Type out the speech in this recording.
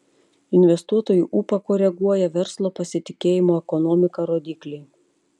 investuotojų ūpą koreguoja verslo pasitikėjimo ekonomika rodikliai